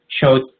showed